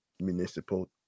municipal